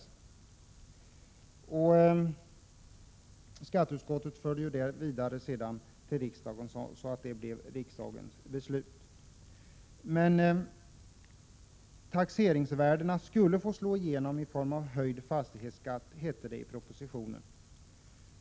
Detta yttrande förde ju skatteutskottet vidare till kammaren, som sedan beslutade i enlighet med vad som där hade anförts. I propositionen hette det att taxeringsvärdena skulle få slå igenom i form av höjd fastighetsskatt.